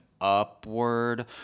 Upward